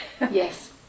Yes